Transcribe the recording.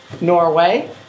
Norway